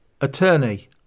Attorney